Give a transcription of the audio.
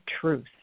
truth